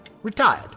Retired